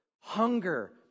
Hunger